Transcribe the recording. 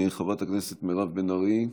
חברת הכנסת מירב בן ארי,